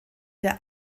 der